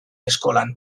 eskolan